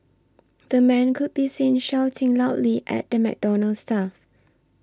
the man could be seen shouting loudly at the McDonald's staff